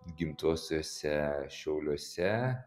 gimtuosiuose šiauliuose